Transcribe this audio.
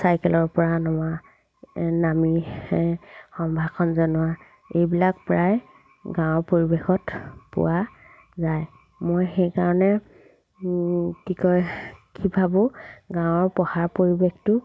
চাইকেলৰ পৰা নমা নামি সম্ভাষণ জনোৱা এইবিলাক প্ৰায় গাঁৱৰ পৰিৱেশত পোৱা যায় মই সেইকাৰণে কি কয় কি ভাবোঁ গাঁৱৰ পঢ়াৰ পৰিৱেশটো